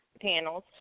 panels